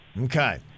Okay